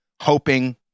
hoping